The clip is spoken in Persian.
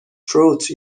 تروت